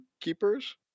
keepers